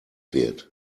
wird